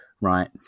Right